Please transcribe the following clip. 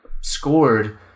scored